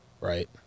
right